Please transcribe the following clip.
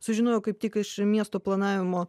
sužinojau kaip tik iš miesto planavimo